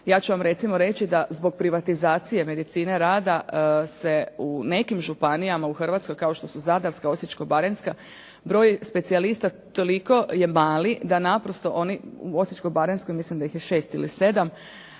Ja ću vam recimo reći da zbog privatizacije medicine rada se u nekim županijama u Hrvatskoj kao što su zadarska, osječko-baranjska broj specijalista toliko je mali da naprosto oni u osječko-baranjskoj mislim da ih je šest ili sedam.